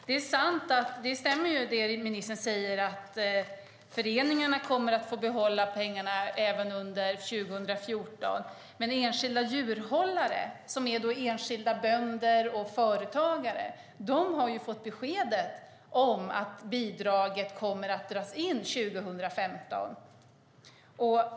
Det stämmer, som ministern säger, att föreningarna kommer att få behålla pengarna även under 2014, men enskilda djurhållare, som är enskilda bönder och företagare, har fått beskedet att bidraget kommer att dras in 2015.